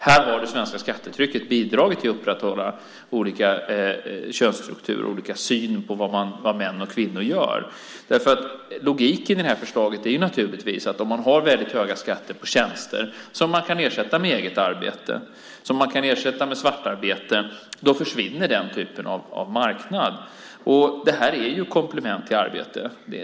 Här har det svenska skattetrycket bidragit till att upprätthålla olika könsstrukturer och syn på vad män och kvinnor gör. Logiken i förslaget är att om man har väldigt höga skatter på tjänster som man kan ersätta med eget arbete och svartarbete försvinner den typen av marknad. Detta är komplement till arbete.